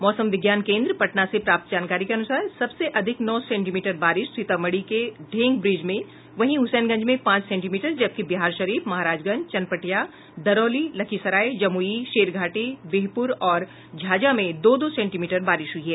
मौसम विज्ञान केन्द्र पटना से प्राप्त जानकारी के अनुसार सबसे अधिक नौ सेंटीमीटर बारिश सीतामढ़ी के ढेंग ब्रिज में वहीं हुसैनगंज में पांच सेंटीमीटर जबकि बिहारशरीफ महाराजगंज चनपटिया दरौली लखीसराय जमुई शेरघाटी बिहपुर और झाझा में दो दो सेंटीमीटर बारिश हुई है